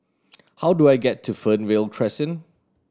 how do I get to Fernvale Crescent